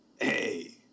Hey